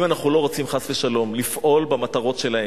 אם אנחנו לא רוצים, חס ושלום, לפעול במטרות שלהם,